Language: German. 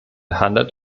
handelt